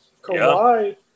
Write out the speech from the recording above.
Kawhi